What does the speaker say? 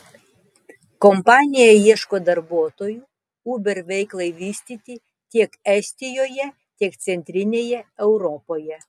kompanija ieško darbuotojų uber veiklai vystyti tiek estijoje tiek centrinėje europoje